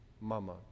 mama